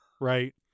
right